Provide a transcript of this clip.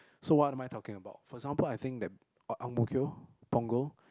so what am I talking about for example I think that uh Ang-Mo-Kio Punggol